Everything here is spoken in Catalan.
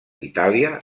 itàlia